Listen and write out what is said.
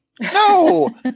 No